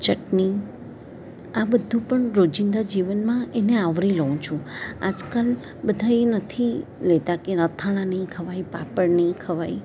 ચટણી આ બધું પણ રોજિંદા જીવનમાં એને આવરી લઉં છું આજકાલ બધા એ નથી લેતા કે અથાણાં નહીં ખવાય પાપડ નહીં ખવાય